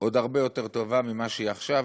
עוד הרבה יותר טובה מכפי שהיא עכשיו,